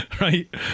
Right